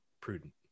prudent